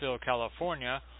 California